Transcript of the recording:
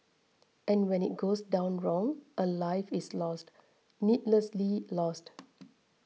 and when it goes down wrong a life is lost needlessly lost